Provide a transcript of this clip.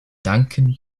danken